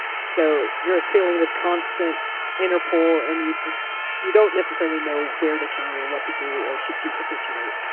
so you're feeling this constant interpol and you you don't necessarily know where to turn or what to do or should you capitulate.